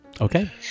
Okay